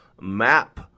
map